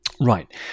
Right